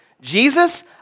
Jesus